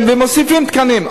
ומוסיפים תקנים.